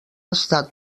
estat